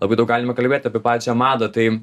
labai daug galima kalbėti apie pačią madą tai